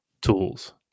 tools